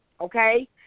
okay